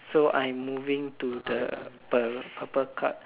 so I'm moving to the upper card